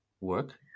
work